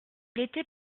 était